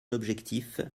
objectif